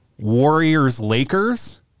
Warriors-Lakers